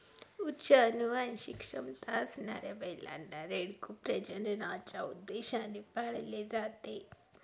उच्च अनुवांशिक क्षमता असणाऱ्या बैलांना, रेडकू प्रजननाच्या उद्देशाने पाळले जाते